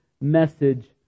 message